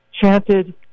chanted